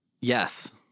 Yes